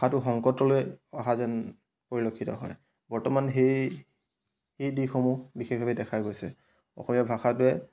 ভাষাটো সংকটলৈ অহা যেন পৰিলক্ষিত হয় বৰ্তমান সেই সেই দিশসমূহ বিশেষভাৱে দেখা গৈছে অসমীয়া ভাষাটোৱে